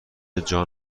جان